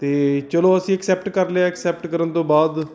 ਅਤੇ ਚੱਲੋ ਅਸੀਂ ਐਕਸੈਪਟ ਕਰ ਲਿਆ ਐਕਸੈਪਟ ਕਰਨ ਤੋਂ ਬਾਅਦ